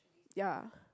ya